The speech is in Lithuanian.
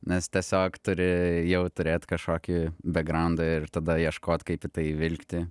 nes tiesiog turi jau turėt kažkokį bekgraundą ir tada ieškot kaip į tai įvilkti